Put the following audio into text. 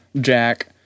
Jack